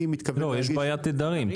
אני מתכוון להגיש --- יש בעיית תדרים.